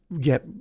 get